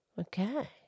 Okay